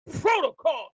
protocol